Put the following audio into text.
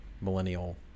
millennial